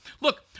Look